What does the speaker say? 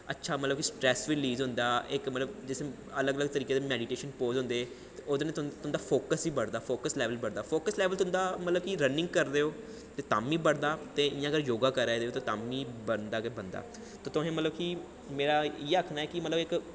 अच्छा मतलब कि स्ट्रैस बी रलीज़ होंदा इक मतलब जिस्म अलग अलग तरीके दे मैडिटेशन पोज़ होंदे ते ओह्दे नै तुं'दा फोक्स बी बढ़दा फोक्स लैवल बी बड़ा फोक्स लैवल मतलब तुं'दा कि रनिंग करदे ओ ते तां बी बढ़दा ते जां अगर योग करै दे ओ ते तां बी बढ़दा गै बढ़दा ते तुसें मतलब कि मेरा इ'यै आखना ऐ कि मतलब इक